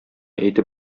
әйтеп